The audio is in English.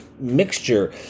mixture